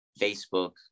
Facebook